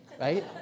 right